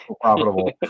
profitable